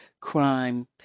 crime